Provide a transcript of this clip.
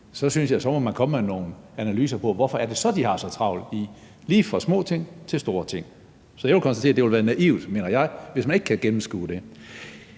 synes jeg man må komme med nogle analyser af, hvorfor det så er, de har så travlt – lige fra små ting til store ting. Så jeg vil konstatere, at det vil være naivt, mener jeg, hvis man ikke kan gennemskue det.